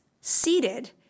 Seated